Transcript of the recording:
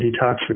detoxification